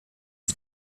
the